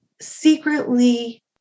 secretly